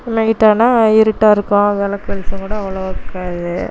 நைட்டானால் இருட்டாக இருக்கும் விளக்கு வெளிச்சம் கூட அவ்வளோவா இருக்காது